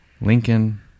Lincoln